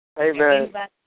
Amen